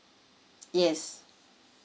yes